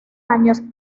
años